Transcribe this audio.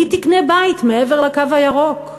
מי תקנה בית מעבר לקו הירוק?